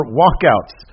walkouts